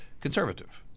Conservative